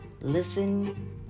listen